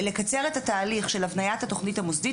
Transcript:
לקצר את התהליך של הפניית התוכנית המוסדית,